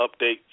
update